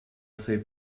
save